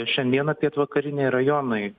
šiandieną pietvakariniai rajonai